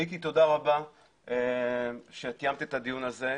מיקי, תודה רבה שאת תיאמת את הדיון הזה.